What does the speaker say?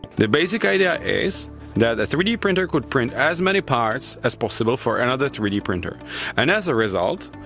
the basic idea is that a three d printer could print as many parts as possible for another three d printer and as a result,